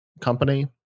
company